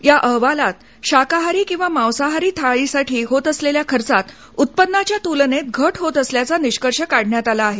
या अहवालात शाकाहारी किंवा मासाहारी थाळीसाठी होत असलेल्या खर्चात उत्पनाच्या तुलनेत घट होत असल्याचा निष्कर्ष काढण्यात आला आहे